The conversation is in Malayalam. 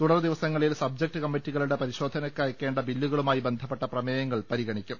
തുടർദിവസങ്ങളിൽ സബ്ജക്റ്റ് കമ്മറ്റികളുടെ പരിശോധനയ്ക്ക് അയക്കേണ്ട ബില്ലുക ളുമായി ബന്ധപ്പെട്ട പ്രമേയങ്ങൾ പരിഗണിക്കും